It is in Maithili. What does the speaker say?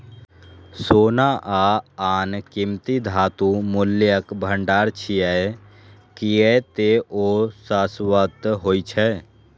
सोना आ आन कीमती धातु मूल्यक भंडार छियै, कियै ते ओ शाश्वत होइ छै